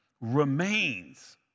remains